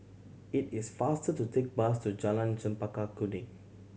it is faster to take bus to Jalan Chempaka Kuning